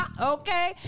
Okay